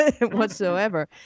whatsoever